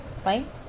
Fine